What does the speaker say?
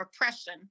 oppression